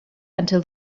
until